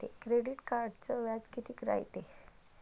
Credit कार्डचं व्याज कितीक रायते?